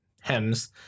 HEMS